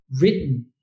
written